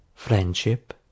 friendship